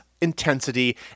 intensity